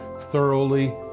thoroughly